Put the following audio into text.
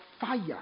fire